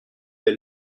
plus